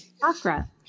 chakra